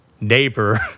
neighbor